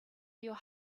your